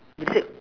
let me see